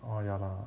orh ya lah